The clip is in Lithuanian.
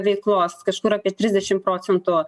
veiklos kažkur apie trisdešim procentų